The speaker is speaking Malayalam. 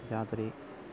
രാത്രി